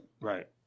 Right